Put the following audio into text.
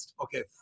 Okay